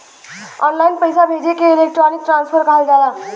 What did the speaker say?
online पइसा भेजे के इलेक्ट्रानिक ट्रांसफर कहल जाला